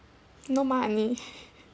no money